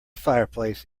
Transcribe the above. fireplace